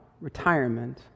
retirement